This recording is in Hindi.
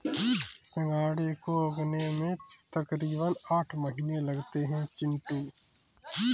सिंघाड़े को उगने में तकरीबन आठ महीने लगते हैं चिंटू